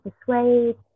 persuade